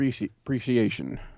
appreciation